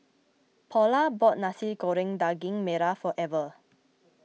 Paula bought Nasi Goreng Daging Merah for Ever